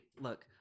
Look